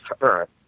earth